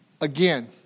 again